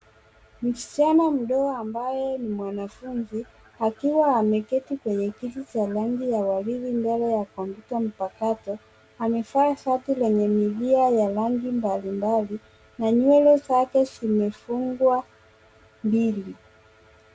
Msichana mdogo ambaye ni mwanafunzi, akiwa ameketi kwenye kiti cha rangi ya waridi mbele ya kompyuta mpakato. Amevaa shati yenye milia ya rangi mbalimbali na nywele zake zimefungwa mbili.